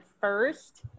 first